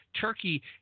Turkey